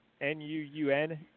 N-U-U-N